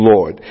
Lord